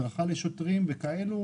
הדרכה לשוטרים וכאילו,